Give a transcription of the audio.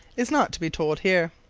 is not to be told here.